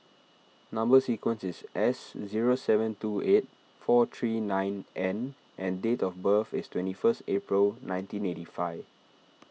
Number Sequence is S zero seven two eight four three nine N and date of birth is twenty first April nineteen eighty five